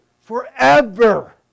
forever